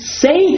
say